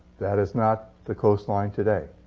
that is not the coastline today.